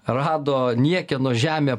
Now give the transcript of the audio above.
rado niekieno žemę